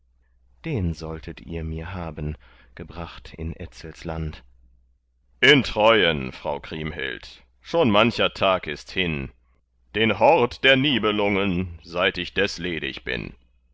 den solltet ihr mir haben gebracht in etzels land in treuen frau kriemhild schon mancher tag ist hin den hort der nibelungen seit ich des ledig bin